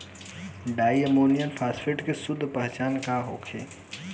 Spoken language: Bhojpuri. डाई अमोनियम फास्फेट के शुद्ध पहचान का होखे?